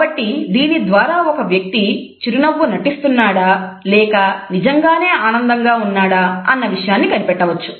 కాబట్టి దీని ద్వారా ఒక వ్యక్తి చిరునవ్వు నటిస్తున్నాడా లేక నిజంగానే ఆనందంగా ఉన్నాడా అన్న విషయాన్ని కనిపెట్టవచ్చు